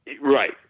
Right